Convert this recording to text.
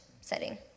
setting